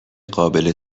قابل